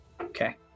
Okay